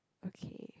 okay